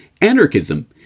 anarchism